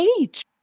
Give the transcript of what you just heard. age